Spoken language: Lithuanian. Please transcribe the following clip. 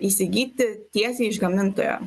įsigyti tiesiai iš gamintojo